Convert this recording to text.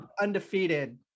undefeated